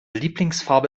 lieblingsfarbe